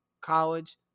College